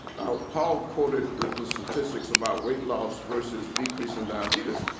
now, paul quoted the statistics about weight loss versus decrease in diabetes.